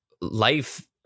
life